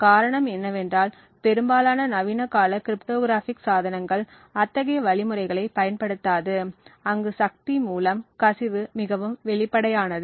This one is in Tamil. காரணம் என்னவென்றால் பெரும்பாலான நவீனகால கிரிப்டோகிராஃபிக் சாதனங்கள் அத்தகைய வழிமுறைகளைப் பயன்படுத்தாது அங்கு சக்தி மூலம் கசிவு மிகவும் வெளிப்படையானது